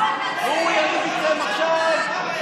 והוא יריב איתכם עכשיו,